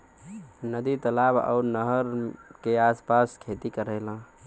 नदी तालाब आउर नहर के आस पास खेती करेला